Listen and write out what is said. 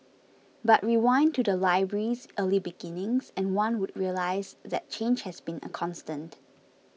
but rewind to the library's early beginnings and one would realise that change has been a constant